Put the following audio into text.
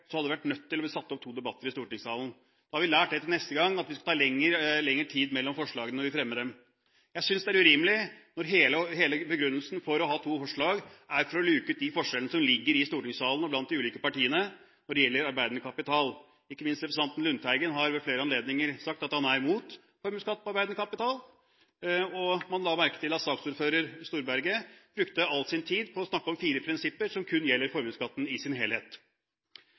Nå har vi lært det til neste gang – at vi lar det gå lengre tid mellom forslagene vi fremmer. Jeg synes dette er urimelig, når hele begrunnelsen for å sette frem to forslag er å luke ut de forskjellene som er i stortingssalen blant de ulike partiene når det gjelder arbeidende kapital. Ikke minst representanten Lundteigen har ved flere anledninger sagt at han er imot formuesskatt på arbeidende kapital, og man la merke til at saksordfører Storberget brukte all sin tid på å snakke om fire prinsipper som kun gjelder formuesskatten i sin helhet.